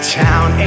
town